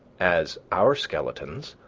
as our skeletons,